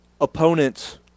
opponents